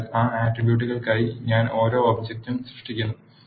അതിനാൽ ആ ആട്രിബ്യൂട്ടുകൾക്കായി ഞാൻ ഓരോ വെക്റ്ററും സൃഷ്ടിക്കുന്നു